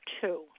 two